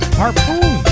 harpoon